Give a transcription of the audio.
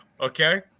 okay